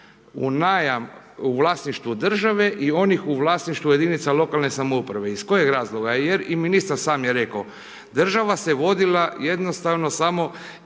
u najam u vlasništvu države i onih u vlasništvu jedinica lokalne samouprave. Iz kojeg razloga? Jer i ministar sam je rekao, država se vodila jednostavno samo